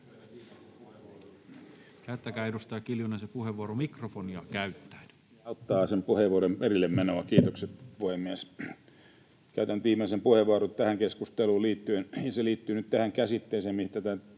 kohtaan. Edustaja Kiljunen. Arvoisa puhemies!... Auttaa sen puheenvuoron perillemenoa. Kiitokset, puhemies! — Käytän nyt viimeisen puheenvuoron tähän keskusteluun liittyen. Se liittyy nyt tähän käsitteeseen, mistä